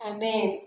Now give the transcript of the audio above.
Amen